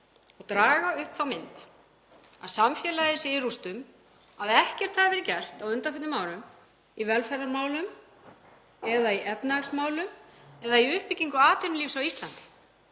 og draga upp þá mynd að samfélagið sé í rústum, að ekkert hafi verið gert á undanförnum árum í velferðarmálum eða í efnahagsmálum eða í uppbyggingu atvinnulífs á Íslandi.